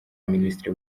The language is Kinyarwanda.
minisitiri